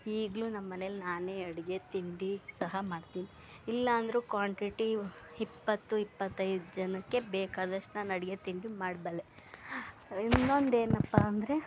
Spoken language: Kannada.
ಈಗಲೂ ನಮ್ಮನೇಲಿ ನಾನೇ ಅಡುಗೆ ತಿಂಡಿ ಸಹಾ ಮಾಡ್ತೀನಿ ಇಲ್ಲ ಅಂದರೂ ಕ್ವಾಂಟಿಟಿ ಇಪ್ಪತ್ತು ಇಪ್ಪತ್ತೈದು ಜನಕ್ಕೆ ಬೇಕಾದಷ್ಟು ನಾನು ಅಡುಗೆ ತಿಂಡಿ ಮಾಡಬಲ್ಲೆ ಇನ್ನೊಂದೇನಪ್ಪ ಅಂದರೆ